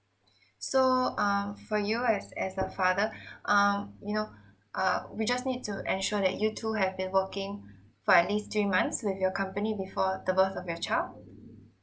so um for you as as the father um you know uh we just need to ensure that you two have been working for at least three months with your company before the birth of your child